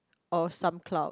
or some cloud